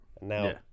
Now